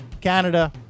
Canada